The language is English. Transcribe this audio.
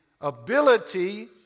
Ability